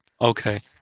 Okay